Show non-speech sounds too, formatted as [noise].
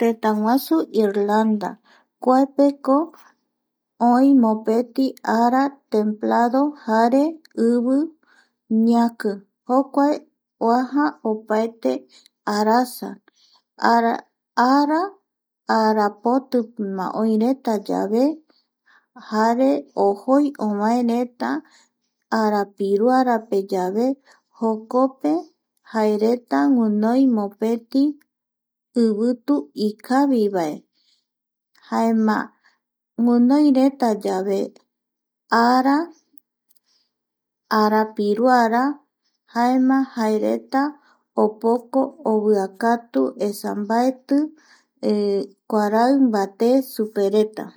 Tëtäguasu irlanda kuapeko oi mopeti ara templado jare ivi ñaki jokuae oaja opaete arasa [hesitation] ara arapotima oï retayave jare ovoi ovaereta arapiruarapeyave jokope jaereta guinoi mopeti ivitu ikavivae jaema guinoireta yave ara arapiruara jaema jaereta opoko oviakatu esa mbaeti [hesitation] kuarai mbate supereta